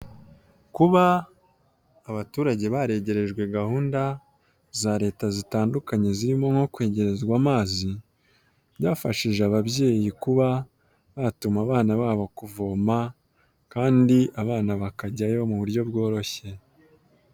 Kuba abaturage baregerejwe gahunda za Leta zitandukanye zirimo nko kwegezwa amazi, byafashije ababyeyi kuba batuma abana babo kuvoma, kandi abana bakajyayo mu buryo bworoshye.